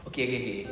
okay okay okay